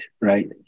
right